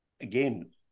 again